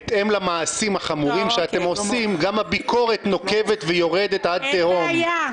בהתאם למעשים החמורים שאתם עושים גם הביקורת נוקבת ויורדת עד תהום.